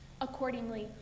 Accordingly